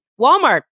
Walmart